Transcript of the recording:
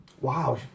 Wow